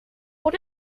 what